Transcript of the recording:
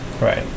Right